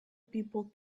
people